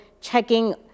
checking